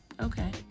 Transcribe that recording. okay